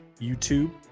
youtube